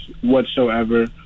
whatsoever